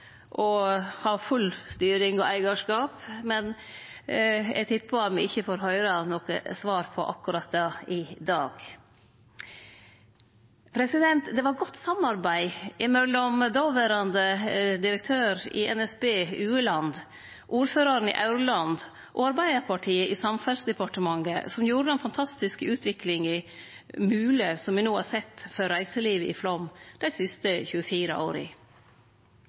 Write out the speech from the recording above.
ha full styring og fullt eigarskap, men eg tippar me ikkje får høyre noko svar på akkurat det i dag. Det var godt samarbeid mellom dåverande direktør i NSB, Osmund Ueland, og ordføraren i Aurland og Arbeidarpartiet i Samferdelsdepartementet som gjorde mogleg den fantastiske utviklinga for reiselivet i Flåm som me no har sett dei siste 24 åra.